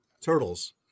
turtles